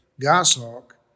goshawk